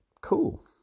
Cool